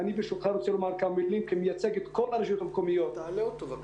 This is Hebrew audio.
ואני ברשותך רוצה לומר כמה מילים כמייצג את כל הרשויות המקומיות במדינה.